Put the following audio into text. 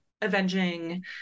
avenging